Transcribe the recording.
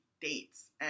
dates